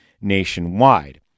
nationwide